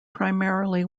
primarily